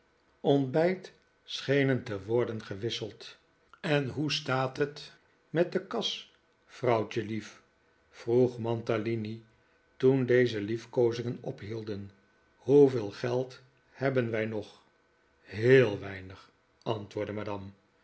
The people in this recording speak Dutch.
ontbijt schenen te worden gewisseld en hoe staat het met de kas vrouwtjelief vroeg mantalini toen deze liefkoozingen ophielden hoeveel geld hebben wij nog heel weinig antwoordde madame